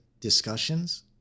discussions